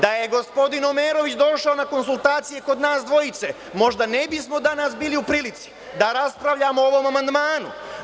Da je gospodin Omerović došao na konsultacije kod nas dvojice možda ne bismo danas bili u prilici da raspravljamo o ovom amandmanu.